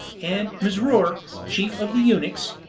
and mesrour, chief of the eunuchs,